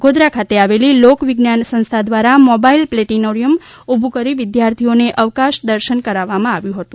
ગોધરા ખાતે આવેલી લોક વિજ્ઞાન સંસ્થા દ્વારા મોબાઈલ પ્લેનેટોરિયમ ઉભુ કરી વિધાર્થીઓને અવકાશ દર્શન કરાવવામાં આવ્યું હતું